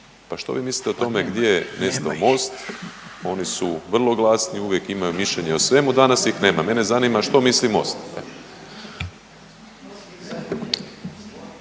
Pa što vi mislite o tome gdje je nestao MOST? …/Upadica: Nema ih./… Oni su vrlo glasni, uvijek imaju mišljenje o svemu, danas ih nema. Mene zanima što misli MOST.